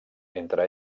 entre